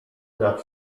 nad